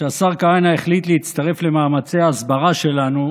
שהשר כהנא החליט להצטרף למאמצי ההסברה שלנו